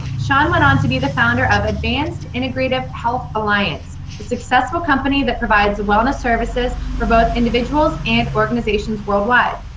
shawn went on to be the founder of advanced integrative health alliance, a successful company that provides wellness services for both individuals and organizations worldwide.